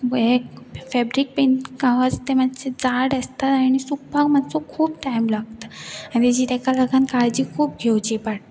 हे फेब्रीक पे गांसा तें मात्शे झाड आसता आनी सुकपाक मातसो खूब टायम लागता आनी तेजी तेका लागन काळजी खूब घेवची पडटा